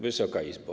Wysoka Izbo!